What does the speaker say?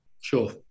Sure